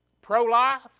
pro-life